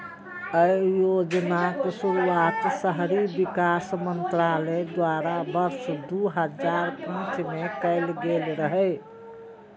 अय योजनाक शुरुआत शहरी विकास मंत्रालय द्वारा वर्ष दू हजार पांच मे कैल गेल रहै